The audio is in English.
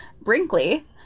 Brinkley